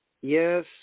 yes